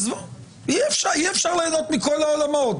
אי-אפשר ליהנות מכל העולמות,